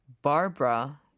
Barbara